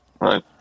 Right